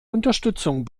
unterstützung